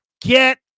Get